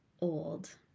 old